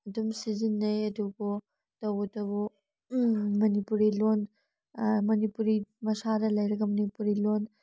ꯑꯗꯨꯝ ꯁꯤꯖꯤꯟꯅꯩ ꯑꯗꯨꯕꯨ ꯇꯧꯕꯇꯕꯨ ꯃꯅꯤꯄꯨꯔꯤ ꯂꯣꯟ ꯃꯅꯤꯄꯨꯔꯤ ꯃꯁꯥꯗ ꯂꯩꯔꯒ ꯃꯅꯤꯄꯨꯔꯤ ꯂꯣꯟ